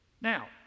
Now